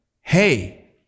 Hey